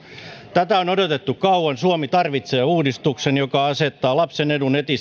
tätä on odotettu kauan suomi tarvitsee uudistuksen joka asettaa lapsen edun